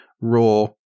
raw